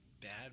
Bad